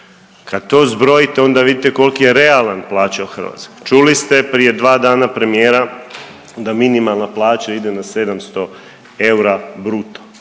kad to zbrojite onda vidite koliki je realan plaća u Hrvatskoj. Čuli ste prije dva dana premijera da minimalna plaća ide na 700 eura bruto